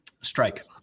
Strike